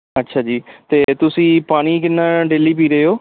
ਅੱਛਾ ਜੀ ਅਤੇ ਤੁਸੀਂ ਪਾਣੀ ਕਿੰਨਾ ਡੇਲੀ ਪੀ ਰਹੇ ਹੋ